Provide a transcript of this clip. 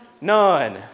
none